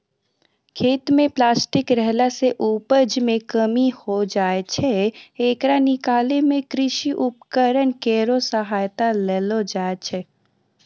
खेत म प्लास्टिक रहला सें उपज मे कमी होय जाय छै, येकरा निकालै मे कृषि उपकरण केरो सहायता लेलो जाय छै